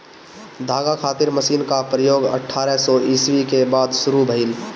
धागा खातिर मशीन क प्रयोग अठारह सौ ईस्वी के बाद शुरू भइल